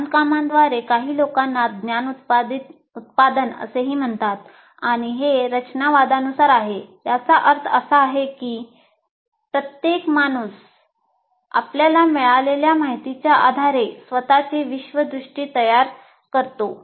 बांधकामांद्वारे काही लोकांना ज्ञान उत्पादन असेही म्हणतात आणि हे रचनावादानुसार आहे याचा अर्थ असा आहे की प्रत्येक माणूस आपल्याला मिळालेल्या माहितीच्या आधारे स्वत चे विश्वदृष्टी तयार करतो